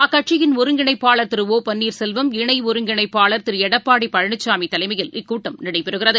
அக்கட்சியின் ஒருங்கிணைப்பாளர் திரு ஒ பன்னீர்செல்வம் இணைஒருங்கிணைப்பாளர் திருளடப்பாடிபழனிசாமிதலைமையில் இக்கூட்டம் நடைபெறுகிறது